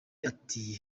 ati